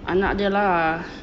anak dia lah